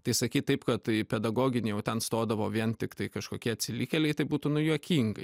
tai sakyt taip kad į pedagoginį jau ten stodavo vien tiktai kažkokie atsilikėliai tai būtų nu juokingai